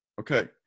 Okay